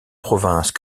provinces